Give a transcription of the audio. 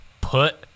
put